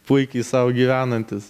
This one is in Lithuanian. puikiai sau gyvenantys